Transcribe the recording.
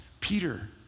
Peter